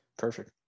perfect